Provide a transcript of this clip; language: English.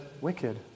wicked